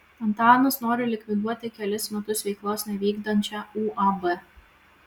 antanas nori likviduoti kelis metus veiklos nevykdančią uab